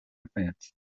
offense